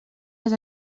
les